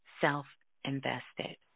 self-invested